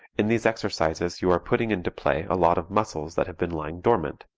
in these exercises you are putting into play a lot of muscles that have been lying dormant,